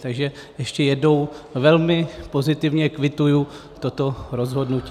Takže ještě jednou, velmi pozitivně kvituji toto rozhodnutí.